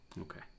okay